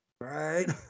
right